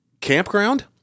Campground